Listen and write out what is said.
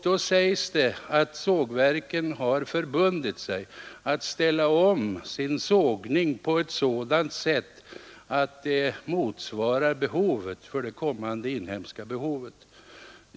Det sägs då att sågverken har förbundit sig att ställa om sin sågning på ett sådant sätt att det motsvarar det kommande inhemska behovet.